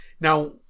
now